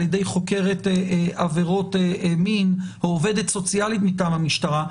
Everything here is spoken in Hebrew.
ידי חוקרת עבירות מין או עובדת סוציאלית מטעם המשטרה,